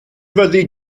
fyddi